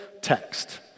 text